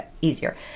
easier